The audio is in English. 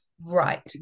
Right